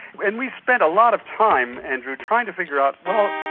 and we spent a lot of time, andrew, trying to figure out, well,